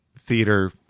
theater